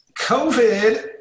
COVID